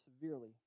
severely